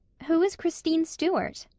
who is christine stuart?